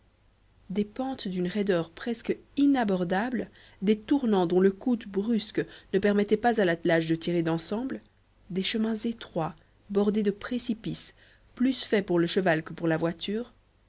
des pentes d'une raideur presque inabordable des tournants dont le coude brusque ne permettait pas à l'attelage de tirer d'ensemble des chemins étroits bordés de précipices plus faits pour le cheval que pour la voiture